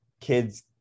kids